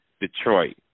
Detroit